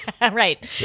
Right